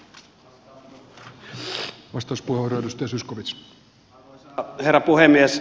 arvoisa herra puhemies